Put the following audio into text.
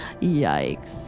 yikes